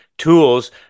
tools